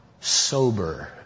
sober